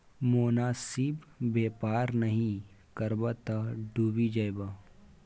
मोनासिब बेपार नहि करब तँ डुबि जाएब